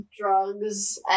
drugs